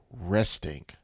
resting